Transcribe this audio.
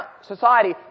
society